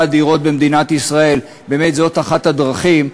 הדירות במדינת ישראל זאת אחת הדרכים,